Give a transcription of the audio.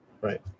Right